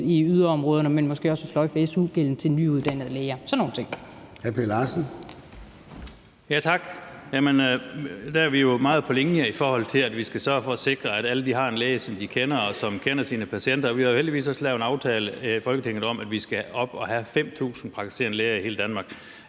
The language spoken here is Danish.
i yderområderne, men måske også at sløjfe su-gælden for nyuddannede læger – sådan nogle ting. Kl. 13:14 Formanden (Søren Gade): Hr. Per Larsen. Kl. 13:14 Per Larsen (KF): Tak. Vi er jo meget på linje, i forhold til at vi skal sørge for at sikre, at alle har en læge, som de kender, og som kender sine patienter. Vi har heldigvis også lavet en aftale i Folketinget om, at vi skal op at have 5.000 praktiserende læger i hele Danmark